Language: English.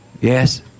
Yes